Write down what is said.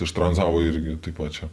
ištranzavo irgi taip pat čia